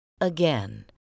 again